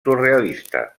surrealista